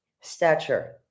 Stature